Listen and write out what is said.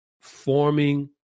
forming